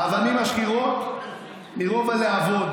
האבנים משחירות מרוב הלהבות.